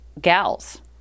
gals